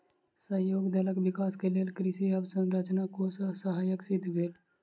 सहयोग दलक विकास के लेल कृषि अवसंरचना कोष सहायक सिद्ध भेल